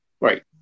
Right